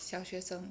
小学生